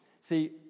See